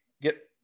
get